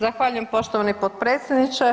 Zahvaljujem poštovani potpredsjedniče.